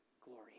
glory